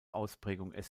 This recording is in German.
ausprägung